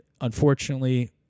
unfortunately